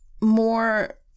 more